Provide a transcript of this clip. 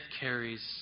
carries